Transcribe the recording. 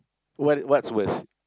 what what's worst